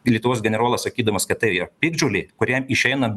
lietuvos generolą sakydamas kad tai yra piktžolė kuriam išeinant